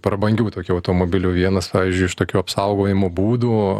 prabangių tokių automobilių vienas pavyzdžiui iš tokių apsaugojimo būdų